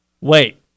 Wait